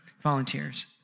volunteers